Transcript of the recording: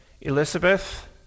Elizabeth